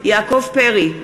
יעקב פרי,